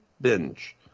binge